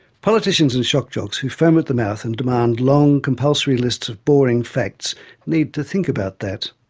politicians and shock jocks who foam at the mouth and demand long, compulsory lists of boring facts need to think about that.